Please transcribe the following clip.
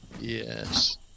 Yes